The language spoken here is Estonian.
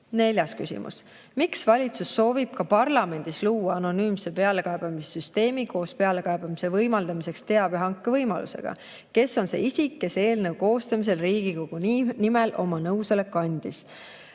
Neljas küsimus: "Miks valitsus soovib ka parlamendis luua anonüümse pealekaebamissüsteemi koos pealekaebamise võimaldamiseks teabehanke võimalusega? Kes on see isik, kes eelnõu koostamisel Riigikogu nimel oma nõusoleku andis?"